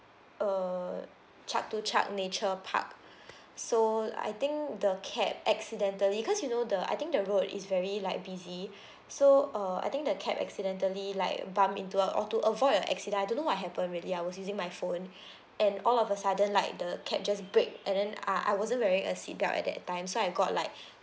uh chatuchak nature park so I think the cab accidentally because you know the I think the road is very like busy so uh I think the cab accidentally like bumped into a or to avoid a accident I don't know what happened really I was using my phone and all of a sudden like the cab just braked and then ah I wasn't wearing a seatbelt at that time so I got like